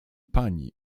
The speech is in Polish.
pani